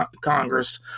Congress